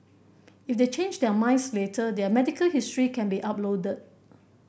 if they change their minds later their medical history can be uploaded